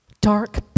dark